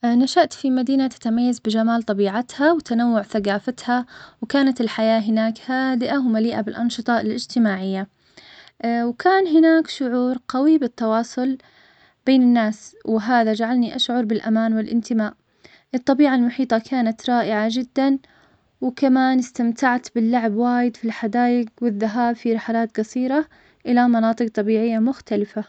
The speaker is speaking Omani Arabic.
نشأت في مدينة تتميز بجمال طبيعتها, وتنوع ثقافتها, وكانت الحياة هناك هادئة ومليئة بالأنشطة الإجتماعية, وكان هناك شعور قوي بالتواصل بين الناس, وهذا جعلني أشعر بالأمان والإنتماء, الطبيعة المحيطة كانت رائعة جدا, وكمان استمتعت باللعب وايد في الحدايق, والذهاب في رحلات قصيرة إلى مناطق طبيعية مختلفة